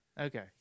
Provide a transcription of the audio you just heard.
Okay